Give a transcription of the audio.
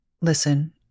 listen